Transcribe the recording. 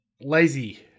lazy